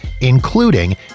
including